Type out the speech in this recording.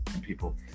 people